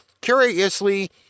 curiously